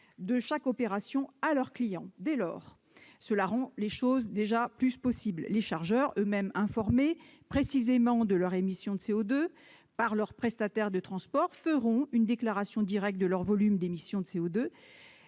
de chaque opération à leurs clients. Dès lors, cette évolution est plus facile à envisager. Les chargeurs, eux-mêmes informés précisément de leurs émissions de CO2 par leurs prestataires de transport, feront une déclaration directe de leur volume d'émissions de CO2